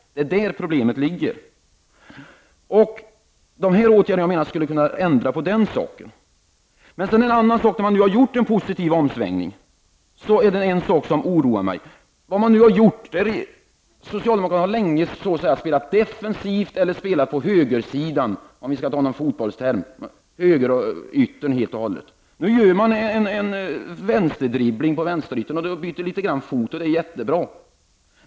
Det är där problemet ligger. De åtgärder jag har tagit upp skulle kunna ändra på den saken. Så till en annan sak. När man nu har gjort en positiv omsvängning är det en sak som oroar mig. Socialdemokraterna har länge så att säga spelat defensivt eller spelat på högersidan, på högeryttern, för att använda en fotbollsterm. Nu byter man fot och gör en dribbling på vänsteryttern. Det är jättebra.